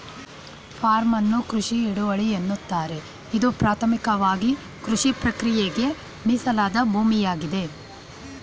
form ಅನ್ನು ಕೃಷಿ ಹಿಡುವಳಿ ಎನ್ನುತ್ತಾರೆ ಇದು ಪ್ರಾಥಮಿಕವಾಗಿಕೃಷಿಪ್ರಕ್ರಿಯೆಗೆ ಮೀಸಲಾದ ಭೂಮಿಯಾಗಿದೆ